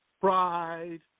pride